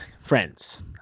Friends